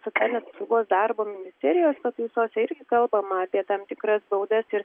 socialinės apsaugos darbo ministerijos pataisose irgi kalbama apie tam tikras baudas ir